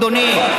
אדוני.